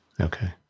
Okay